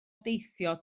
deithio